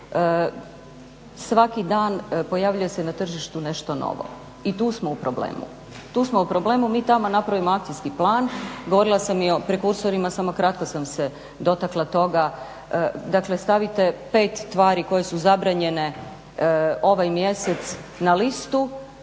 svaki dan pojavljuje se na tržištu nešto novo. I tu smo u problemu. Mi tamo napravimo akcijski plan, govorila sam i o prekursorima samo kratko sam se dotakla toga, dakle stavite 5 tvari koje su zabranjene ovaj mjesec na listu,